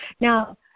Now